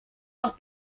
nach